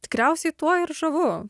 tikriausiai tuo ir žavu